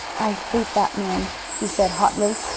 i hate that man! he said hotly,